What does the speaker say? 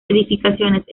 edificaciones